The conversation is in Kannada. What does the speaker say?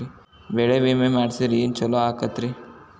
ಬೆಳಿ ವಿಮೆ ಮಾಡಿಸಿದ್ರ ಏನ್ ಛಲೋ ಆಕತ್ರಿ?